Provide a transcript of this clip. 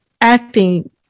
acting